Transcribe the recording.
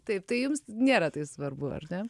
taip tai jums nėra tai svarbu ar ne